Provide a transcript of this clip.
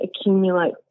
accumulate